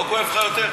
לא כואב לך יותר?